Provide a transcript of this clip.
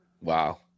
Wow